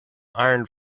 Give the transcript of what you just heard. iron